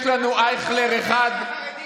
יש לנו אייכלר אחד.